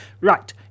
Right